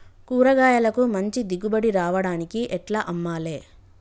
కూరగాయలకు మంచి దిగుబడి రావడానికి ఎట్ల అమ్మాలే?